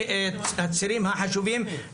הצירים החשובים.